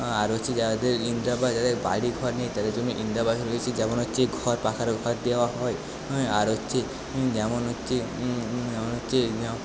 আর হচ্ছে যাদের ইনকাম বা যাদের বাড়িঘর নেই তাদের জন্য ইন্দিরা যেমন হচ্ছে ঘর পাকার অফার দেওয়া হয় আর হচ্ছে যেমন হচ্ছে যেমন হচ্ছে